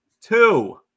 Two